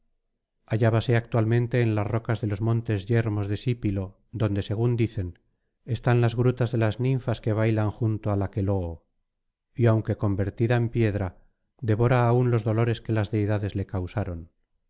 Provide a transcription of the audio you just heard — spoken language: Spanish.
hállase actualmente en las rocas de los montes yermos de sipilo donde según dicen están las grutas de las ninfas que bailan junto al aqueloo y aunque convertida en piedra devora aún los dolores que las deidades le causaron